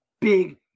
big